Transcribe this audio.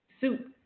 soup